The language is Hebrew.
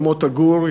ומוטה גור,